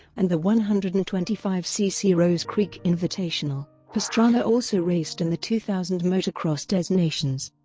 and the one hundred and twenty five cc rose creek invitational. pastrana also raced in the two thousand motocross des nations.